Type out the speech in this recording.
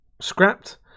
scrapped